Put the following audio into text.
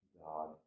God